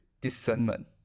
discernment